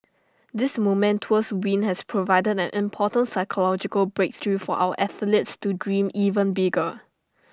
this momentous win has provided an important psychological breakthrough for our athletes to dream even bigger